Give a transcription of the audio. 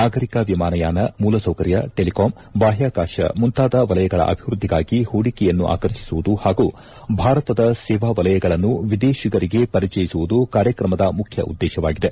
ನಾಗರಿಕ ವಿಮಾನಯಾನ ಮೂಲಸೌಕರ್ಯ ಟೆಲಿಕಾಂ ಬಾಹ್ಕಾಕಾಶ ಮುಂತಾದ ವಲಯಗಳ ಅಭಿವೃದ್ಧಿಗಾಗಿ ಹೂಡಿಕೆಯನ್ನು ಆಕರ್ಷಿಸುವುದು ಹಾಗೂ ಭಾರತದ ಸೇವಾವಲಯಗಳನ್ನು ವಿದೇಶಿಗರಿಗೆ ಪರಿಚಯಿಸುವುದು ಕಾರ್ಯಕ್ರಮದ ಮುಖ್ಯ ಉದ್ದೇಶವಾಗಿದೆ